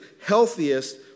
healthiest